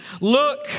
look